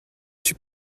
suis